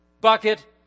bucket